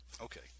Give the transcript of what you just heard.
Okay